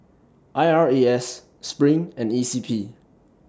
I R A S SPRING and E C P